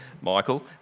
Michael